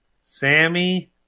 Sammy